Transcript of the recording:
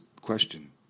question